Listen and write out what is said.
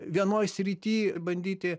vienoj srity bandyti